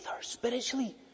spiritually